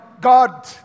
God